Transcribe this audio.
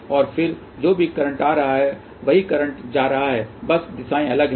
और फिर जो भी करंट आ रहा है वही करंट जा रहा है बस दिशाएं अलग हैं